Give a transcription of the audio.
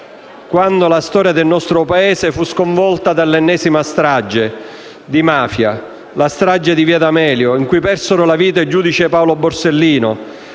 quando la storia del nostro Paese fu sconvolta dall'ennesima strage di mafia, la strage di via D'Amelio, in cui persero la vita il giudice Paolo Borsellino